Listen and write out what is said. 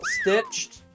stitched